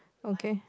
okay